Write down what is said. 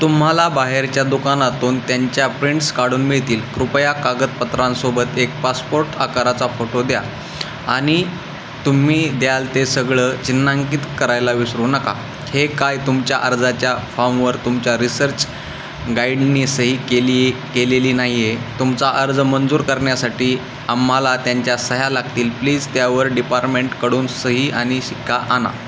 तुम्हाला बाहेरच्या दुकानातून त्यांच्या प्रिंट्स काढून मिळतील कृपया कागदपत्रांसोबत एक पासपोर्ट आकाराचा फोटो द्या आणि तुम्ही द्याल ते सगळं चिन्हांकित करायला विसरू नका हे काय तुमच्या अर्जाच्या फॉर्मवर तुमच्या रिसर्च गाईडनी सही केली केलेली नाही आहे तुमचा अर्ज मंजूर करण्यासाठी आम्हाला त्यांच्या सह्या लागतील प्लीज त्यावर डिपारमेंटकडून सही आणि शिक्का आणा